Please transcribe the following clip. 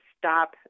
stop